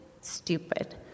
stupid